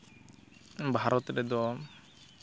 ᱵᱷᱟᱨᱚᱛ ᱨᱮᱫᱚ